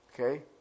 Okay